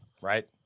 right